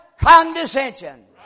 condescension